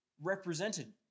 represented